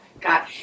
God